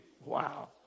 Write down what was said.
Wow